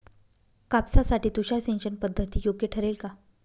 कापसासाठी तुषार सिंचनपद्धती योग्य ठरेल का?